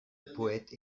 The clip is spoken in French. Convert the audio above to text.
poète